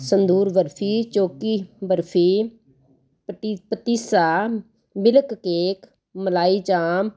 ਸੰਦੂਰ ਬਰਫੀ ਚੋਕੀ ਬਰਫੀ ਪਤ ਪਤੀਸਾ ਮਿਲਕ ਕੇਕ ਮਲਾਈ ਚਾਂਪ